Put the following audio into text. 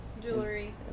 Jewelry